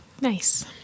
Nice